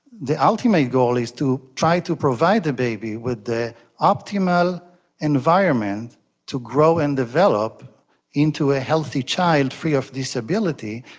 the ultimate goal is to try to provide the baby with the optimal environment to grow and develop into a healthy child free of disability,